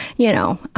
you know,